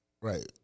Right